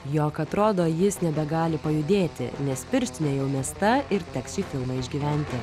jog atrodo jis nebegali pajudėti nes pirštinė jau mesta ir teks šį filmą išgyventi